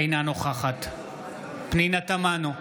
אינה נוכחת פנינה תמנו,